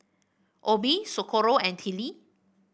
Obie Socorro and Tillie